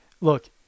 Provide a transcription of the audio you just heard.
Look